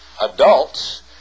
adults